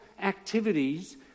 activities